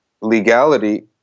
legality